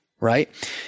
right